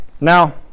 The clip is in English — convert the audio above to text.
now